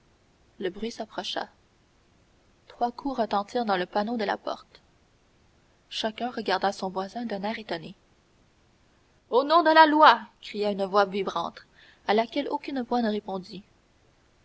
le bruit s'approcha trois coups retentirent dans le panneau de la porte chacun regarda son voisin d'un air étonné au nom de la loi cria une voix vibrante à laquelle aucune voix ne répondit